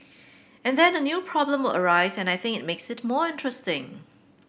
and then a new problem will arise and I think makes it more interesting